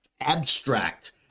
Abstract